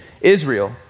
Israel